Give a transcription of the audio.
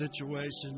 situations